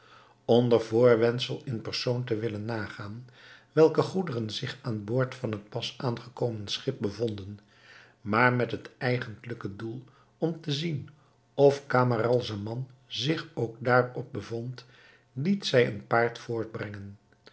onder voorwendsel in persoon te willen nagaan welke goederen zich aan boord van het pas aangekomen schip bevonden maar met het eigentlijke doel om te zien of camaralzaman zich ook daarop bevond liet zij een paard voorbrengen